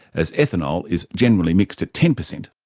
as ethanol is generally mixed at ten percent.